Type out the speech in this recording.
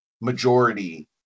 majority